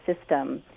system